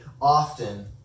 often